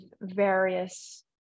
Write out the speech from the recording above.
various